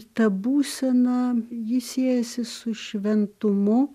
ta būsena ji siejasi su šventumu